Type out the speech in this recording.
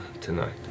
tonight